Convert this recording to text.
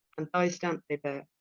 and thy stampe they beare,